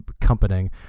company